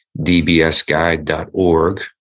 dbsguide.org